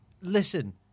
Listen